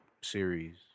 series